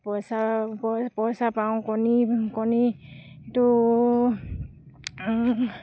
পইছা পইছা পাওঁ কণী কণীটো